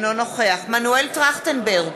אינו נוכח מנואל טרכטנברג,